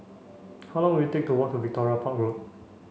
how long will it take to walk to Victoria Park Road